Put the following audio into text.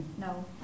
No